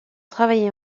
travaillé